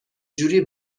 جوری